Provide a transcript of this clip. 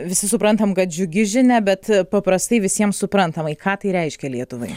visi suprantam kad džiugi žinia bet paprastai visiems suprantamai ką tai reiškia lietuvai